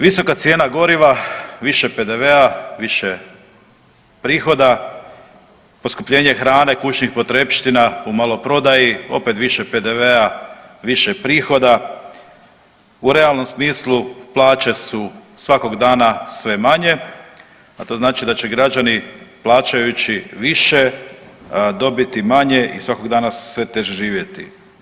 Visoka cijena goriva, više PDV-a, više prihoda, poskupljenje hrane, kućnih potrepština u maloprodaji, opet više PDV-a, više prihoda, u realnom smislu plaće su svakog dana sve manje, a to znači da će građani plaćajući više dobiti manje i svakog dana sve teže živjeti.